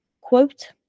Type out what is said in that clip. quote